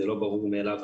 זה לא ברור מאליו.